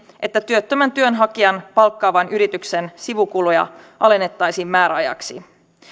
että työttömän työnhakijan palkkaavan yrityksen sivukuluja alennettaisiin määräajaksi